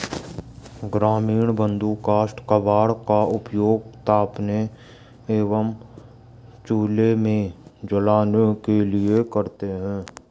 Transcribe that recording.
ग्रामीण बंधु काष्ठ कबाड़ का उपयोग तापने एवं चूल्हे में जलाने के लिए करते हैं